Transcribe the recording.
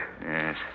Yes